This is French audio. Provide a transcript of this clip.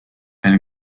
elle